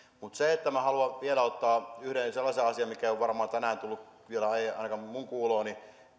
minä haluan vielä ottaa yhden sellaisen asian esille mikä ei varmaan tänään tullut vielä ainakaan minun kuulooni